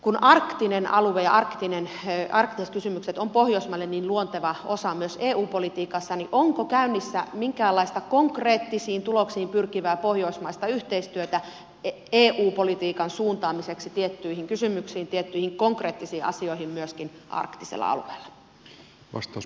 kun arktinen alue ja arktiset kysymykset ovat pohjoismaille niin luonteva osa myös eu politiikassa niin onko käynnissä minkäänlaista konkreettisiin tuloksiin pyrkivää pohjoismaista yhteistyötä eu politiikan suuntaamiseksi tiettyihin kysymyksiin tiettyihin konkreettisiin asioihin myöskin arktisella alueella